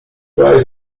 weź